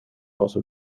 also